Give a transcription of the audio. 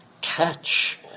catch